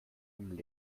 haben